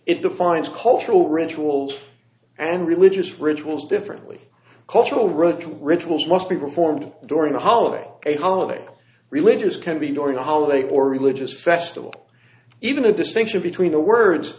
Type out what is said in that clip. it defines cultural rituals and religious rituals differently cultural wrote rituals must be performed during a holiday a holiday religious can be during a holiday or religious festival even a distinction between a word